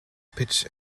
pitch